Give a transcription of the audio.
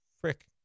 frick